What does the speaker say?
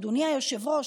אדוני היושב-ראש,